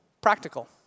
practical